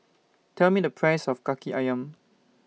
Tell Me The Price of Kaki Ayam